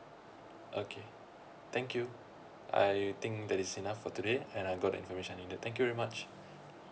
okay thank you I think that is enough for today and I got the information I needed thank you very much